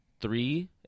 three